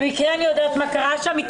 במקרה אני יודעת מה קרה שם,